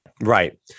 Right